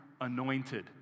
anointed